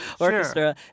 Orchestra